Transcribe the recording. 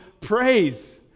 praise